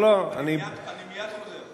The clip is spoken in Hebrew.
אני מייד חוזר.